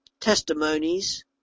testimonies